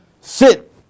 sit